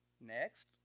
Next